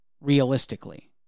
realistically